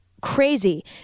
crazy